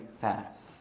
fast